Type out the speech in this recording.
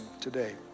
today